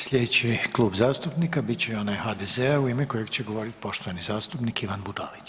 Sljedeći klub zastupnika bit će onaj HDZ-a u ime kojeg će govoriti poštovani zastupnik Ivan Budalić.